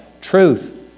Truth